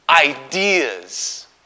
ideas